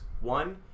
One